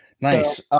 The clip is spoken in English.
Nice